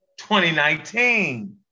2019